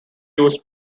used